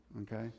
okay